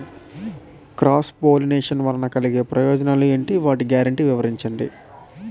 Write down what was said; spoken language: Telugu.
క్రాస్ పోలినేషన్ వలన కలిగే ప్రయోజనాలు ఎంటి? వాటి గ్యారంటీ వివరించండి?